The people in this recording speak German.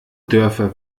dörfer